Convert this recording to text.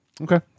Okay